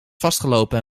vastgelopen